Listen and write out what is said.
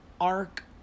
arc